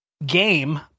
game